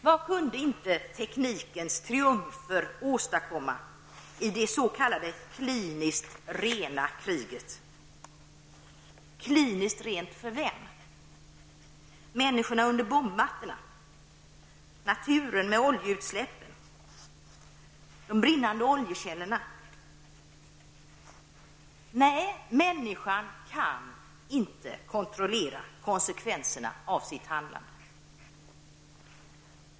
Vad kunde inte teknikens triumfer åstadkomma i det s.k. kliniskt rena kriget! Kliniskt rent för vem? Gäller det människorna under bombmattorna, naturen med oljeutsläpp och brinnande oljekällor? Nej, människan kan inte kontrollera konsekvenserna av sitt handlande.